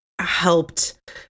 helped